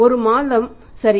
அது ஒரு மாதம் சரி